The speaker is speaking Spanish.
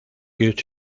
good